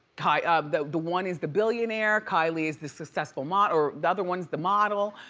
kind of the the one is the billionaire, kylie is the successful model, or the other one's the model,